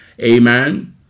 Amen